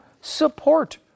support